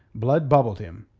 blood bubbled him.